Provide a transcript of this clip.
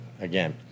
Again